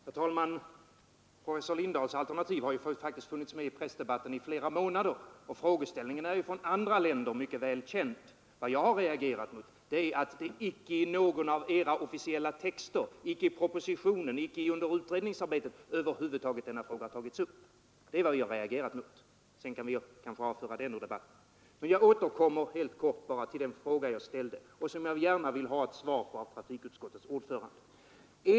Herr talman! Professor Lindahls alternativ har faktiskt funnits med i pressdebatten i flera månader, och frågeställningen är mycket väl känd från andra länder. Vad jag har reagerat mot är att detta alternativ inte har tagits upp i någon av era officiella texter — icke i propositionen och icke under utredningsarbetet. Sedan kanske vi kan avföra den saken ur debatten. Jag återkommer helt kort till den fråga som jag ställde förut och som jag gärna vill ha ett svar på av trafikutskottets ordförande.